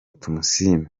tumusiime